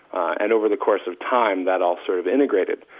and over the course of time, that all sort of integrated.